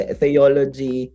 theology